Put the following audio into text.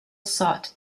sought